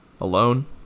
Alone